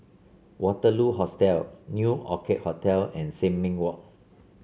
Waterloo Hostel New Orchid Hotel and Sin Ming Walk